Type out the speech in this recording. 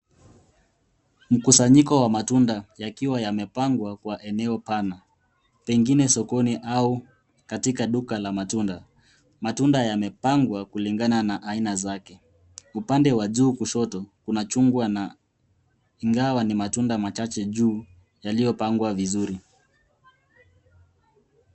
Mkusanyiko wa matunda yakiwa yamepangwa kwa eneo pana pengine sokoni au katika duka la matunda. Matunda yamepangwa kulingana na aina zake. Upande wa juu kushoto kuna chungwa na ingawa ni matunda machache juu yaliyopangwa vizuri.